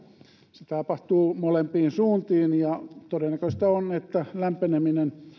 se tapahtuu molempiin suuntiin ja todennäköistä on että lämpeneminen